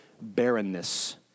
barrenness